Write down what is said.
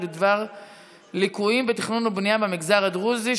בדבר ליקויים בתכנון ובנייה במגזר הדרוזי,